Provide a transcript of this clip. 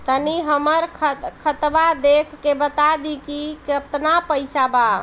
तनी हमर खतबा देख के बता दी की केतना पैसा बा?